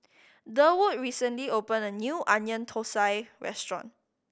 Durwood recently opened a new Onion Thosai restaurant